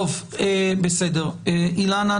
אילנה,